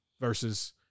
versus